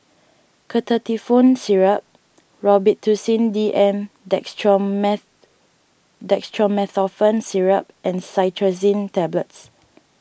Ketotifen Syrup Robitussin D M Dextromethorphan Syrup and Cetirizine Tablets